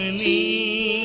and the